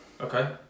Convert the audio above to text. Okay